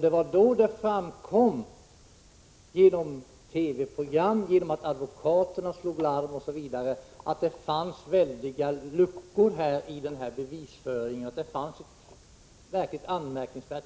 Det var då det framkom genom TV-program, genom att advokaterna slog larm osv., att det fanns väldiga luckor i bevisföringen och att handläggningen av frågan var verkligt anmärkningsvärd